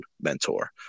mentor